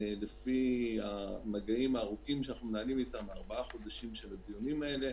לפי המגעים הארוכים שאנחנו מנהלים איתה בארבעה חודשים של הדיונים האלה,